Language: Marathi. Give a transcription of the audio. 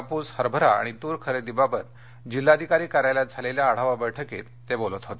कापूस हरभरा आणि तूर खरेदीबाबत जिल्हाधिकारी कार्यालयात झालेल्या आढावा बैठकीत ते बोलत होते